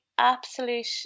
Absolute